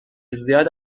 زیاد